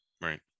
Right